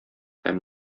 һәм